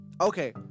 okay